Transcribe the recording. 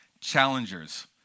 challengers